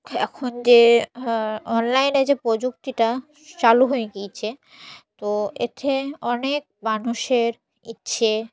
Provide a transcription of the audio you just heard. এখন যে অনলাইনে যে প্রযুক্তিটা চালু হয়ে গিয়েছে তো এতে অনেক মানুষের ইচ্ছে